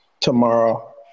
tomorrow